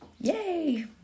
Yay